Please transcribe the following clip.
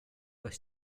bus